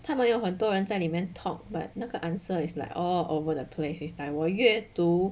他们有很多人在里面那个 talk but 那个 answer is like all over the place is like 我越读